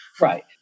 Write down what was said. Right